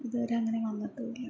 ഇതുവരെ അങ്ങനെ വന്നിട്ടും ഇല്ല